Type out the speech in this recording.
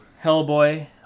Hellboy